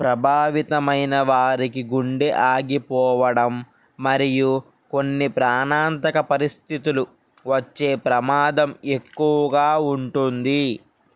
ప్రభావితమైన వారికి గుండె ఆగిపోవడం మరియు కొన్ని ప్రాణాంతక పరిస్థితులు వచ్చే ప్రమాదం ఎక్కువగా ఉంటుంది